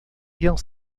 ele